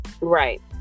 Right